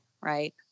right